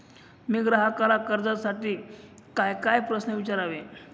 मी ग्राहकाला कर्जासाठी कायकाय प्रश्न विचारावे?